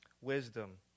wisdom